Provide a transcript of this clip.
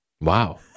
wow